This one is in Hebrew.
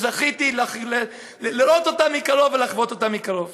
שזכיתי לראות אותה מקרוב ולחוות אותה מקרוב.